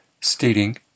stating